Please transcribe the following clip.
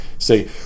Say